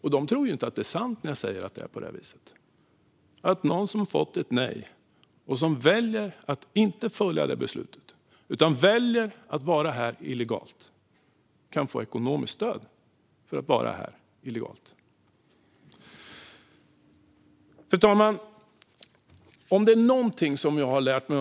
De tror inte att det är sant när jag säger att det är på det här viset - att någon som fått ett nej och väljer att inte följa det beslutet utan väljer att vara här illegalt kan få ekonomiskt stöd för detta. Fru talman!